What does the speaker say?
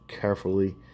carefully